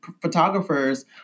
photographers